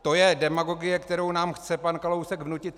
To je demagogie, kterou nám chce pan Kalousek vnutit.